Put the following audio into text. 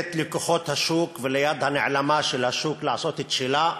לתת לכוחות השוק וליד הנעלמה של השוק לעשות את שלה,